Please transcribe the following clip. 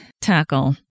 tackle